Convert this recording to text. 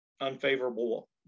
unfavorable